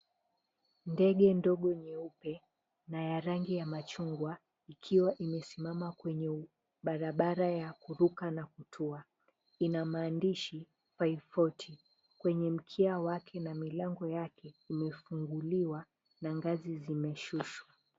Ndege ndogo nyeupe na ya rangi ya machungwa ikiwa imesimama kwenye barabara ya kuruka na kutua. Ina maandishi 540 kwenye mkia wake na milango yake imefunguliwa na ngazi zimeshushwa.